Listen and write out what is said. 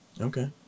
okay